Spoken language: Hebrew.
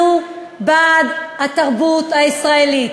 אנחנו בעד התרבות הישראלית.